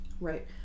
Right